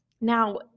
Now